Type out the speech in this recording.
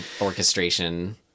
orchestration